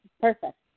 perfect